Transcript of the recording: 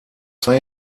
freie